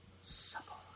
Supple